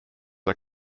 are